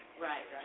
right